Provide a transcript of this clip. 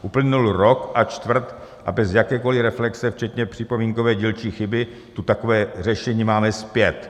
Uplynul rok a čtvrt a bez jakékoli reflexe včetně připomínkové dílčí chyby tu takové řešení máme zpět.